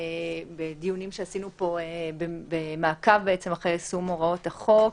בדיונים שעשינו פה במעקב אחר יישום הוראות החוק.